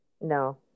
no